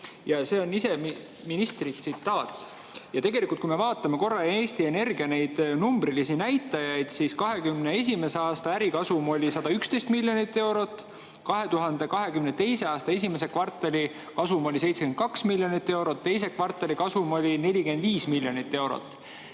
See on ministri tsitaat. Ja kui me vaatame korra Eesti Energia numbrilisi näitajaid, siis 2021. aasta ärikasum oli 111 miljonit eurot, 2022. aasta esimese kvartali kasum oli 72 miljonit eurot, teise kvartali kasum oli 45 miljonit eurot.